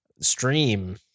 stream